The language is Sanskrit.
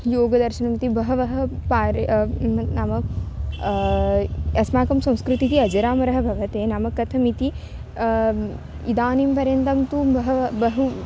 योगदर्शनमिति बहवः पारयन्ति नाम अस्माकं संस्कृतिः अजरामरणं भवति नाम कथमिति इदानीं पर्यन्तं तु बहवः बहु